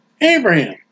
Abraham